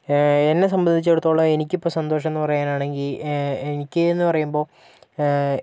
എന്നെ സംബന്ധിച്ചിടത്തോളം എനിക്കിപ്പോൾ സന്തോഷം എന്ന് പറയാനാണെങ്കിൽ എനിക്ക് എന്നു പറയുമ്പോൾ